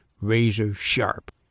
razor-sharp